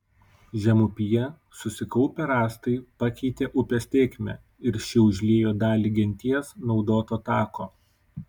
žemupyje susikaupę rąstai pakeitė upės tėkmę ir ši užliejo dalį genties naudoto tako